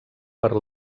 per